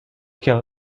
kill